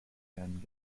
van